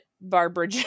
barbara